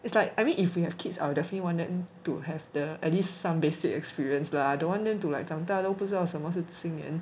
it's like I mean if you have kids I would definitely would want them to have the at least some basic experience lah I don't want them to like 长大都不知道什么是新年